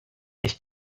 ich